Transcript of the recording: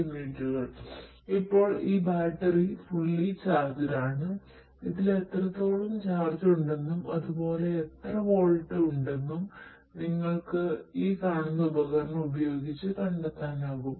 ഈ ലിപോ ബാറ്ററികൾ ഉണ്ടെന്നും നിങ്ങൾ ഈ കാണുന്ന ഉപകരണം ഉപയോഗിച്ചു കണ്ടെത്താനാകും